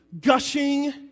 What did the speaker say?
gushing